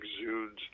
exudes